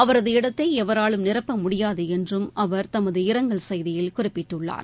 அவரது இடத்தை எவராலும் நிரப்ப முடியாது என்றும் அவர் தமது இரங்கல் செய்தியில் குறிப்பிட்டுள்ளார்